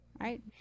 right